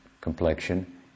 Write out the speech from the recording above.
complexion